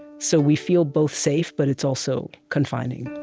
so we feel both safe, but it's also confining